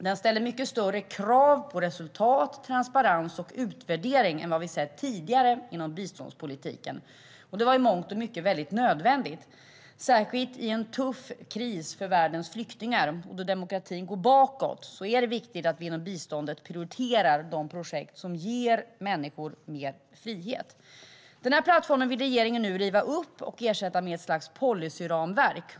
Den ställde mycket större krav på resultat, transparens och utvärdering än vad vi sett tidigare inom biståndspolitiken. Det var i mångt och mycket nödvändigt. Särskilt i en kris för världens flyktingar och när demokratin går bakåt är det viktigt att vi inom biståndspolitiken prioriterar de projekt som ger människor mer frihet. Denna plattform vill regeringen nu riva upp och ersätta med ett slags policyramverk.